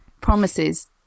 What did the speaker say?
promises